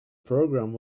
programme